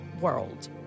world